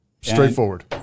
straightforward